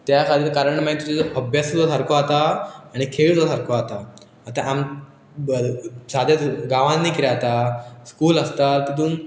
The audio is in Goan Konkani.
त्या खातीर कारण मागीर तुजो अभ्यास जो सारको जाता आनी खेळ जो सारको जाता आतां आम सादें गांवांनी कितें जाता स्कूल आसता तितून